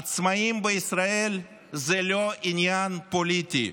עצמאים בישראל זה לא עניין פוליטי,